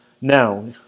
Now